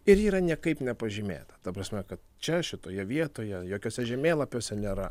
ir ji yra niekaip nepažymėta ta prasme kad čia šitoje vietoje jokiuose žemėlapiuose nėra